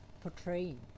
portraying